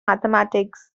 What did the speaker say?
mathematics